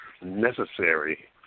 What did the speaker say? necessary